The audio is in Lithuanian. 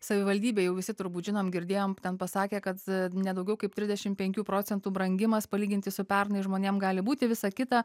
savivaldybė jau visi turbūt žinom girdėjom ten pasakė kad ne daugiau kaip trisdešim penkių procentų brangimas palyginti su pernai žmonėm gali būti visa kita